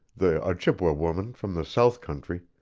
the ojibway woman from the south country,